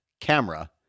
camera